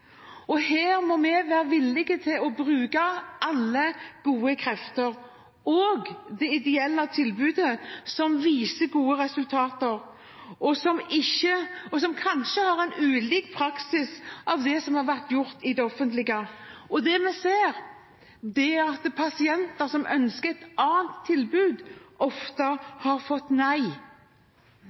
Her må vi være villige til å bruke alle gode krefter og de ideelle tilbudene som viser gode resultater, og som kanskje har en praksis ulik det som har vært gjort i det offentlige. Det vi ser, er at pasienter som har ønsket et annet tilbud, ofte har fått nei.